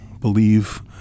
believe